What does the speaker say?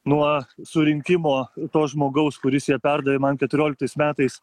nuo surinkimo to žmogaus kuris ją perdavė man keturioliktais metais